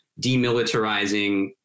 demilitarizing